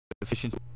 Efficiency